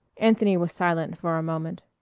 anthony was silent for a moment.